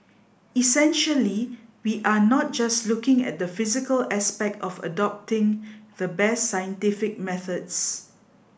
essentially we are not just looking at the physical aspect of adopting the best scientific methods